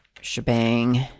shebang